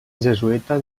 jesuïta